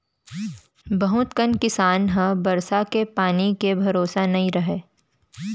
बहुत कन किसान ह बरसा के पानी के भरोसा नइ रहय